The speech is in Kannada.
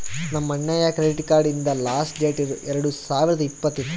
ನಮ್ ಅಣ್ಣಾದು ಕ್ರೆಡಿಟ್ ಕಾರ್ಡ ಹಿಂದ್ ಲಾಸ್ಟ್ ಡೇಟ್ ಎರಡು ಸಾವಿರದ್ ಇಪ್ಪತ್ತ್ ಇತ್ತು